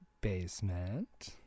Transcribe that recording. Basement